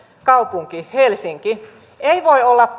kaupunki helsinki ei voi olla